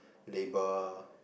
labour